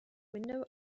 window